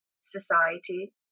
society